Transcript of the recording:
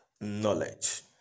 knowledge